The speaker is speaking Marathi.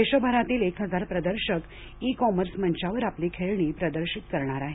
देशभरातील एक हजार प्रदर्शक ई कॉमर्स मंचावर आपली खेळणी प्रदर्शित करणार आहेत